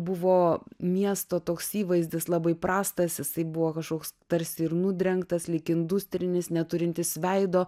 buvo miesto toks įvaizdis labai prastas jisai buvo kažkoks tarsi ir nudrengtas lyg industrinis neturintis veido